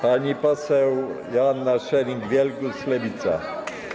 Pani poseł Joanna Scheuring-Wielgus, Lewica.